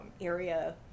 area